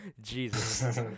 Jesus